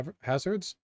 hazards